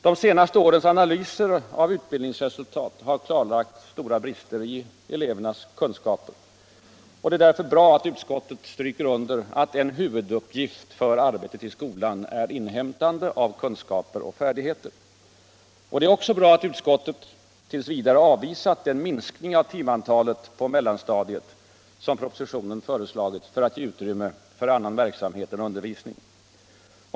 De senaste årens analyser av utbildningsresultat har klarlagt stora brister i elevernas kunskaper. Det är därför bra att utskottet stryker under att en huvuduppgift för arbetet i skolan är inhämtande av kunskaper och färdigheter. Det är också bra att utskottet t. v. avvisat en minskning av timantalet på mellanstadiet, som propositionen föreslagit för att ge utrymme åt annan verksamhet än undervisning.